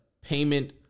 payment